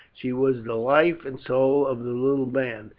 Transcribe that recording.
she was the life and soul of the little band,